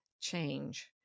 change